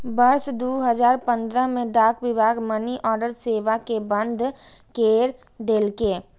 वर्ष दू हजार पंद्रह मे डाक विभाग मनीऑर्डर सेवा कें बंद कैर देलकै